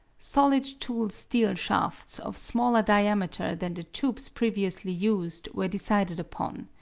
solid tool-steel shafts of smaller diameter than the tubes previously used were decided upon.